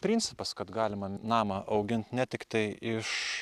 principas kad galima namą augint ne tiktai iš